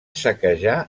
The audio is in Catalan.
saquejar